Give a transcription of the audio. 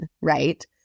right